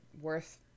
worth